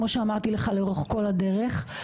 כמו שאמרתי לך לאורך כל הדרך,